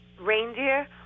reindeer